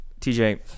TJ